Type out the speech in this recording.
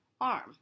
arm